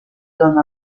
don